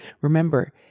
remember